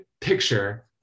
picture